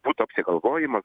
būtų apsigalvojimo